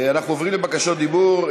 אנחנו עוברים לבקשות דיבור.